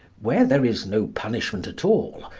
when there is no punishment at all,